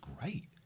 great